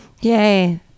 Yay